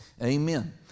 Amen